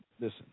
listen